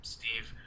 Steve